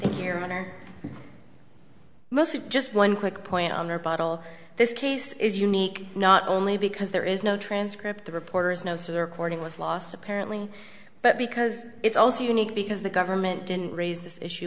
matter mostly just one quick point on the bottle this case is unique not only because there is no transcript the reporter's notes are courting with loss apparently but because it's also unique because the government didn't raise this issue